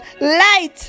light